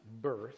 birth